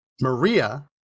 Maria